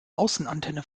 außenantenne